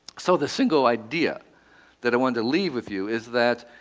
so the single idea that i wanted to leave with you is that